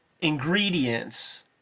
ingredients